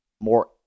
more